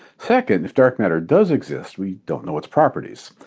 second, if dark matter does exist, we don't know its properties.